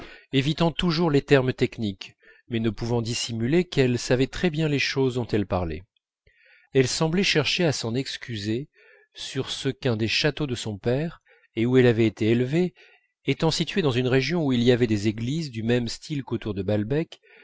évitant toujours les termes techniques mais ne pouvant dissimuler qu'elle savait très bien les choses dont elle parlait elle semblait chercher à s'en excuser sur ce qu'un des châteaux de son père et où elle avait été élevée étant situé dans une région où il y avait des églises du même style qu'autour de balbec